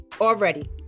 already